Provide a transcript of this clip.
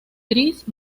gris